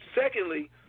Secondly